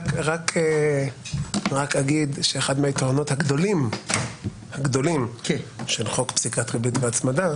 רק אגיד שאחד מהיתרונות הגדולים של חוק פסיקת ריבית והצמדה